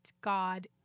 God